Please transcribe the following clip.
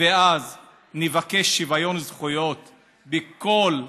ואז נבקש שוויון זכויות בכל התחומים.